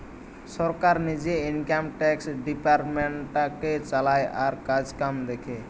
সরকার নিজে income tax ডিপার্টমেন্টটাকে চালায় আর কাজকাম দেখে